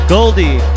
Goldie